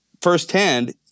firsthand